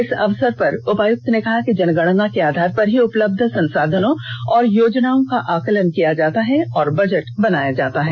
इस अवसर पर उपायुक्त ने कहा कि जनगणना के आधार पर ही उपलब्ध संसाधनों और योजनाओं का आकलन किया जाता है और बजट बनाया जाता है